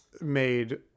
made